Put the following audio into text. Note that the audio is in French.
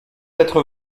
être